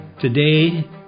Today